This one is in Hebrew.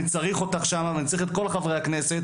צריך אותך שמה ואני צריך את כל חברי הכנסת,